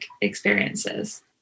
experiences